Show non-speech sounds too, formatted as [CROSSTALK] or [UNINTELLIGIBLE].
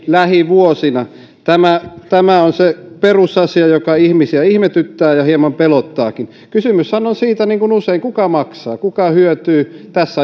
lähivuosina tämä tämä on se perusasia joka ihmisiä ihmetyttää ja hieman pelottaakin kysymyshän on siitä niin kuin usein kuka maksaa kuka hyötyy tässä [UNINTELLIGIBLE]